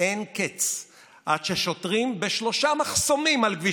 אין קץ עד ששוטרים בשלושה מחסומים בכביש